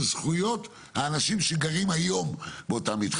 זכויות האנשים שגרים היום באותם מתחמים.